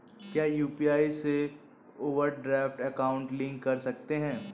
क्या यू.पी.आई से overdraft account link कर सकते हैं?